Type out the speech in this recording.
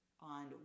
on